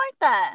Martha